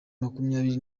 makumyabiri